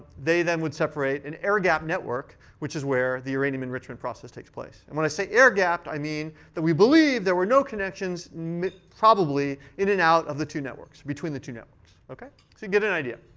they then would separate an air-gapped network, which is where the uranium enrichment process takes place. and when i say air-gapped, i mean that we believe there were no connections probably in and out of the two networks, between the two networks. ok? so you get an idea.